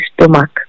stomach